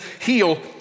heal